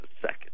second